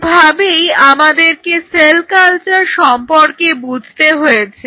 এই ভাবেই আমাদেরকে সেল কালচার সম্পর্কে বুঝতে হয়েছে